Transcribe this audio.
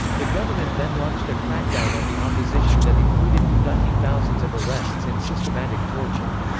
the government then launched a crackdown on the opposition that included conducting thousands of arrests and systematic torture.